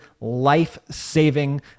life-saving